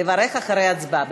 לברך אחרי ההצבעה?